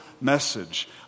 message